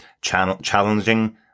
challenging